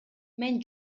мен